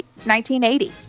1980